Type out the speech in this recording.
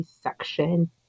section